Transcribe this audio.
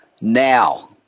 now